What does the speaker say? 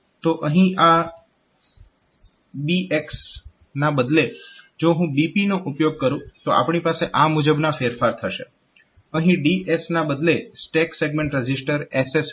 તો અહીં આ BX ને બદલે જો હું BP નો ઉપયોગ કરું તો આપણી પાસે આ મુજબના ફેરફાર થશે અહીં DS ના બદલે સ્ટેક સેગમેન્ટ રજીસ્ટર SS હશે